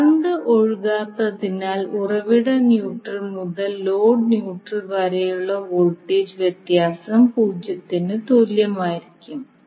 current ഒഴുകാത്തതിനാൽ ഉറവിട neutral മുതൽ ലോഡ് ന്യൂട്രൽ വരെയുള്ള വോൾട്ടേജ് വ്യത്യാസം പൂജ്യത്തിന് തുല്യമായിരിക്കും